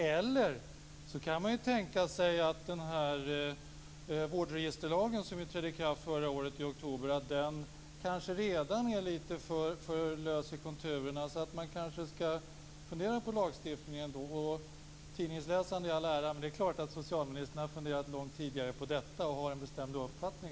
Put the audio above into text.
Man kan också tänka sig att vårdregisterlagen, som trädde i kraft i oktober förra året, kanske redan är lite för lös i konturerna. Man skall kanske fundera på lagstiftningen. Tidningsläsande i alla ära, men det är klart att socialministern har funderat på detta långt tidigare och har en bestämd uppfattning.